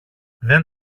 δεν